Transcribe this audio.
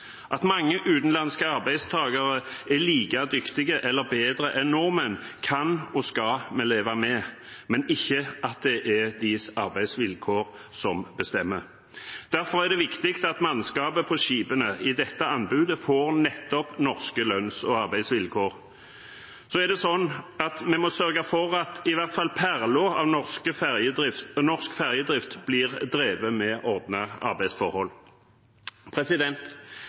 At mange utenlandske arbeidstakere er like dyktige eller bedre enn nordmenn, kan og skal vi leve med, men ikke at det er deres arbeidsvilkår som bestemmer. Derfor er det viktig at mannskapet på skipene i dette anbudet får nettopp norske lønns- og arbeidsvilkår. Vi må sørge for at i hvert fall perlen av norsk ferjedrift blir drevet med åpne arbeidsforhold.